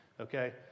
Okay